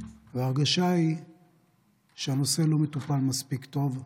וההרגשה היא שהנושא לא מטופל מספיק טוב.